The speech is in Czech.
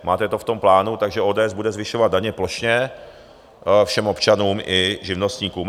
Máte to v tom plánu, takže ODS bude zvyšovat daně plošně všem občanům i živnostníkům.